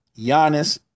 Giannis